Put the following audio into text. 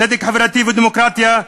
צדק חברתי ודמוקרטיה,